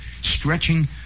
stretching